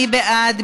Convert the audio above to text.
מי בעד?